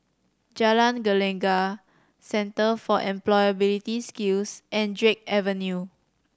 Jalan Gelegar Centre for Employability Skills and Drake Avenue